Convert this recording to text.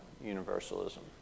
universalism